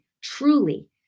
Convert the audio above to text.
truly